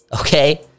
okay